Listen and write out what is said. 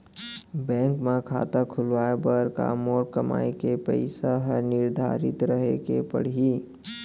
Bank म खाता खुलवाये बर का मोर कमाई के पइसा ह निर्धारित रहे के पड़ही?